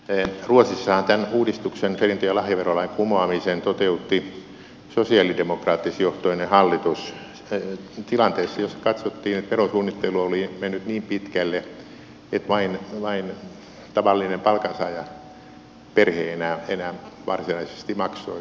ruotsissahan tämän uudistuksen perintö ja lahjaverolain kumoamisen toteutti sosialidemokraattisjohtoinen hallitus tilanteessa jossa katsottiin että verosuunnittelu oli mennyt niin pitkälle että enää vain tavallinen palkansaajaperhe varsinaisesti maksoi tuota perintö ja lahjaveroa